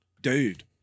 Dude